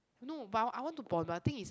no but I I want to pon but I think is